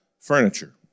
furniture